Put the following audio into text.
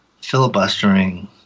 filibustering